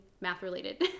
math-related